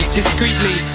discreetly